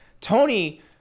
Tony